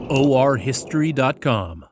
orhistory.com